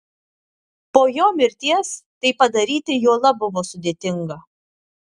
po jo mirties tai padaryti juolab buvo sudėtinga